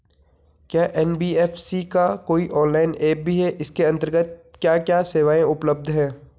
क्या एन.बी.एफ.सी का कोई ऑनलाइन ऐप भी है इसके अन्तर्गत क्या क्या सेवाएँ उपलब्ध हैं?